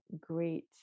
great